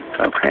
Okay